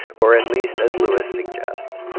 or at least, as lewis suggests,